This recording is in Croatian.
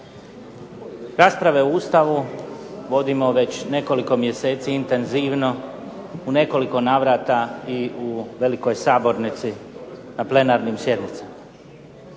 Rasprave o Ustavu vodimo već nekoliko mjeseci intenzivno u nekoliko navrata i u velikoj sabornici na plenarnim sjednicama.